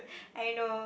I know